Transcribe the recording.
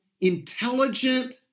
intelligent